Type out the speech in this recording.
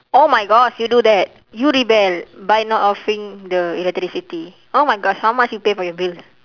oh my gosh you do that you rebel by not offing the electricity oh my gosh how much you pay for your bill